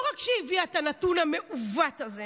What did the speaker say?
לא רק שהיא הביאה את הנתון המעוות הזה